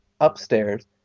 Upstairs